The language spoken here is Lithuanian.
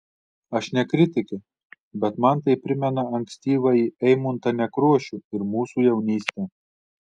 aš ne kritikė bet man tai primena ankstyvąjį eimuntą nekrošių ir mūsų jaunystę